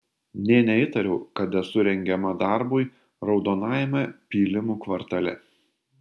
nė neįtariau kad esu rengiama darbui raudonajame pylimų kvartale